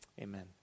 amen